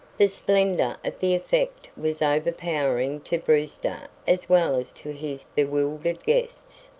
the splendor of the effect was overpowering to brewster as well as to his bewildered guests.